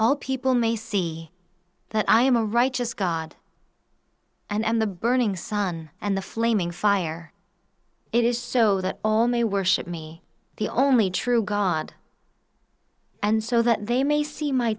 all people may see that i am a righteous god and the burning sun and the flaming fire it is so that all may worship me the only true god and so that they may see my